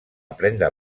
prendre